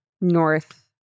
North